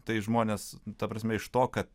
tai žmonės ta prasme iš to kad